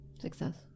success